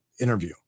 interview